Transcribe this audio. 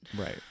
right